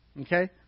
Okay